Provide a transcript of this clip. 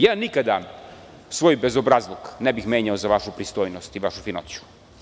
Ja nikada svoj bezobrazluk ne bih menjao za vašu pristojnost i vašu finoću.